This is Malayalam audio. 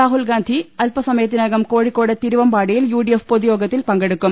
രാഹുൽഗാന്ധി അല്പസമയത്തിനകം കോഴിക്കോട് തിരുവമ്പാ ടിയിൽ യു ഡി എഫ് പൊതുസമ്മേളനത്തിൽ പങ്കെടുക്കും